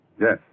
Yes